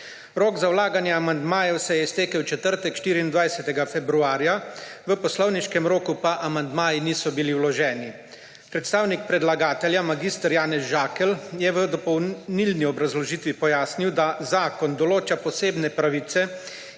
Rok za vlaganje amandmajev se je iztek v četrtek, 24. februarja, v poslovniškem roku pa amandmaji niso bili vloženi. Predstavnik predlagatelja mag. Janez Žakelj je v dopolnilni obrazložitvi pojasnil, da zakon določa posebne pravice,